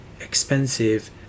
expensive